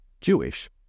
Jewish